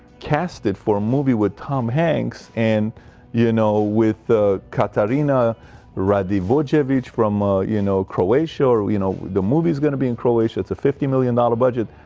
casted for a movie with tom hanks, and you know with katarina radivoje average from ah you know, croatia, or you know the movies gonna be in croatia. it's a fifty million dollar budget